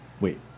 Wait